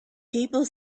people